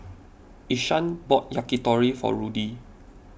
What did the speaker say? Ishaan bought Yakitori for Rudy